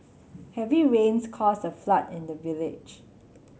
heavy rains caused a flood in the village